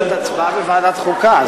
יש פשוט הצבעה בוועדת חוקה.